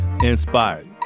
inspired